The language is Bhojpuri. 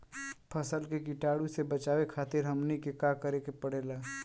फसल के कीटाणु से बचावे खातिर हमनी के का करे के पड़ेला?